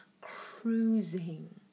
cruising